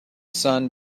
sun